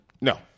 No